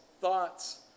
thoughts